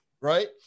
Right